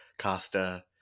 Costa